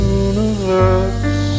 universe